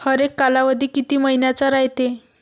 हरेक कालावधी किती मइन्याचा रायते?